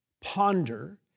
ponder